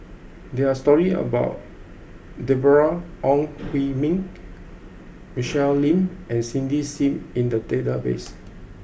there are stories about Deborah Ong Hui Min Michelle Lim and Cindy Sim in the database